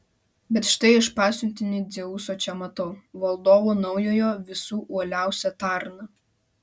bet štai aš pasiuntinį dzeuso čia matau valdovo naujojo visų uoliausią tarną